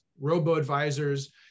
robo-advisors